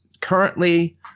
currently